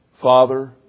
Father